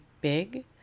big